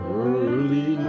early